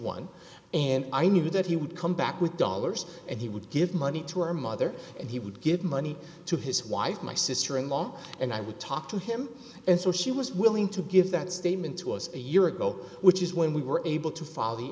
dollars and i knew that he would come back with dollars and he would give money to our mother and he would give money to his wife my sister in law and i would talk to him and so she was willing to give that statement to us a year ago which is when we were able to follow the